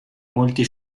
molti